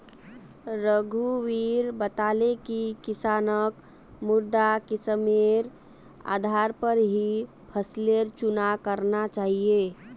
रघुवीर बताले कि किसानक मृदा किस्मेर आधार पर ही फसलेर चुनाव करना चाहिए